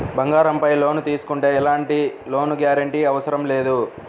బంగారంపై లోను తీసుకుంటే ఎలాంటి లోను గ్యారంటీ అవసరం లేదు